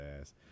ass